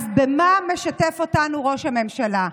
אז במה משתף אותנו ראש הממשלה?